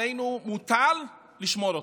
עלינו מוטל לשמור אותה,